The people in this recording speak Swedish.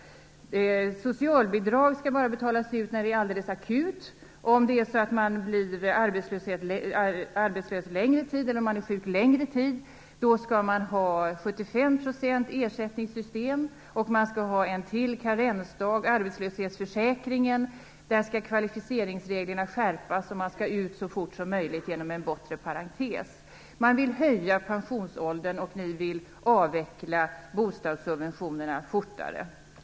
Socialbidrag skall bara betalas ut när det är alldeles akut. För den som blir sjuk eller är arbetslös under en längre tid skall man ha ett system med ersättningar på 75 %, och man skall ha en karensdag till. Kvalificeringsreglerna i arbetslöshtetsförsäkringen skall skärpas, och man skall ut så fort som möjligt genom en bortre parentes. Ni vill höja pensionsåldern och avveckla bostadssubventionerna snabbare.